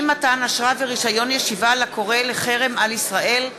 אי-מתן אשרה ורישיון ישיבה לקורא לחרם על ישראל),